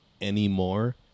anymore